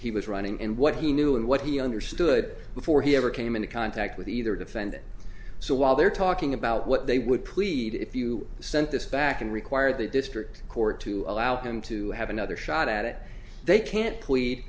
he was running in what he knew and what he understood before he ever came into contact with either defendant so while they're talking about what they would plead if you sent this back and require the district court to allow him to have another shot at it they can't plead